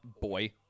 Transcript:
boy